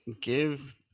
give